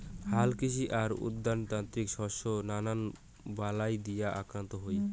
হালকৃষি আর উদ্যানতাত্ত্বিক শস্য নানান বালাই দিয়া আক্রান্ত হই